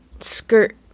skirt